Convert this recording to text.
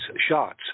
shots